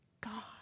God